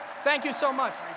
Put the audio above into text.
thank you so much.